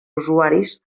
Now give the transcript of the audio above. usuaris